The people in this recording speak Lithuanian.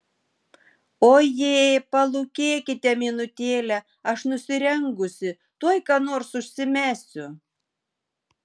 oje palūkėkite minutėlę aš nusirengusi tuoj ką nors užsimesiu